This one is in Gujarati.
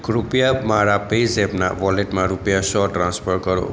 કૃપયા મારા પેઝૅપના વૉલેટમાં રૂપિયા સૌ ટ્રાન્સફર કરો